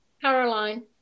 Caroline